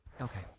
okay